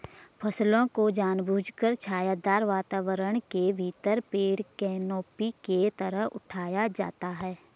फसलों को जानबूझकर छायादार वातावरण के भीतर पेड़ कैनोपी के तहत उठाया जाता है